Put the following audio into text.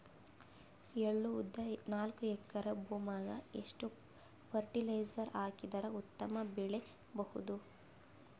ಎಳ್ಳು, ಉದ್ದ ನಾಲ್ಕಎಕರೆ ಭೂಮಿಗ ಎಷ್ಟ ಫರಟಿಲೈಜರ ಹಾಕಿದರ ಉತ್ತಮ ಬೆಳಿ ಬಹುದು?